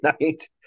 night